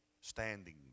standing